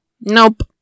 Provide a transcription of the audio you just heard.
Nope